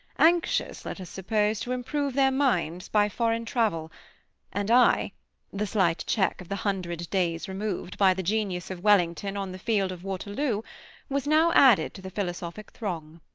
anxious, let us suppose, to improve their minds by foreign travel and i the slight check of the hundred days removed, by the genius of wellington, on the field of waterloo was now added to the philosophic throng.